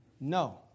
No